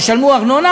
ישלמו ארנונה,